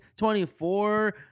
24